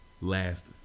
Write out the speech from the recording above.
last